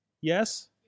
Yes